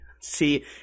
See